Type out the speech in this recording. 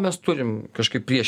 mes turim kažkaip prieš